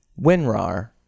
WinRAR